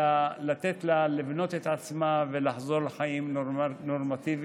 אלא לתת לה לבנות את עצמה ולחזור לחיים נורמטיביים,